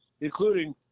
including